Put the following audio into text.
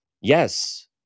Yes